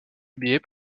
publiés